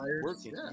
working